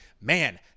man